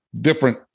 different